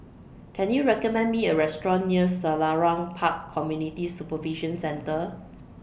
Can YOU recommend Me A Restaurant near Selarang Park Community Supervision Centre